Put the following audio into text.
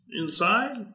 inside